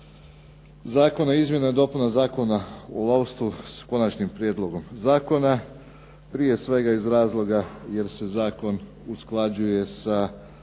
zakona o izmjenama i dopunama Zakona o lovstvu s Konačnim prijedlogom zakona, prije svega iz razloga jer se zakon usklađuje sa